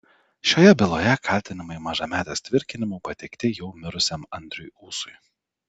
šioje byloje kaltinimai mažametės tvirkinimu pateikti jau mirusiam andriui ūsui